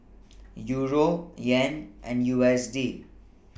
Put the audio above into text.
Euro Yen and U S D